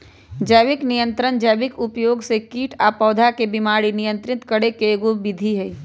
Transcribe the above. जैविक नियंत्रण जैविक उपयोग से कीट आ पौधा के बीमारी नियंत्रित करे के एगो विधि हई